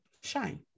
Shine